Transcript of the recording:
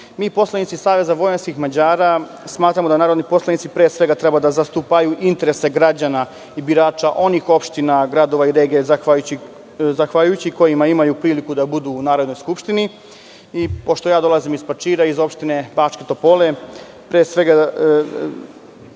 poslanici SVM, smatramo da narodni poslanici, pre svega, treba da zastupaju interese građana i birača onih opština, gradova i regije zahvaljujući kojima imaju priliku da budu u Narodnoj skupštini. Pošto ja dolazim iz Pačira, iz opštine Bačke Topole, pre svega,